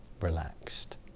Relaxed